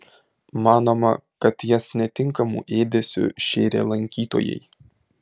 manoma kad jas netinkamu ėdesiu šėrė lankytojai